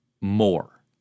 more